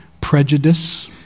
prejudice